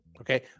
Okay